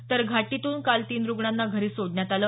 तर घाटीतून काल तीन रुग्णांना घरी सोडण्यात आलं